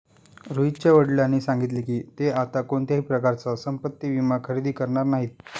रोहितच्या वडिलांनी सांगितले की, ते आता कोणत्याही प्रकारचा संपत्ति विमा खरेदी करणार नाहीत